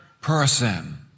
person